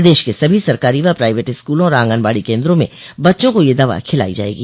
प्रदेश के सभी सरकारी व प्राइवेट स्कूलों और आंगनबाड़ी केन्द्रों में बच्चों को यह दवा खिलाई जायेगी